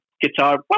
guitar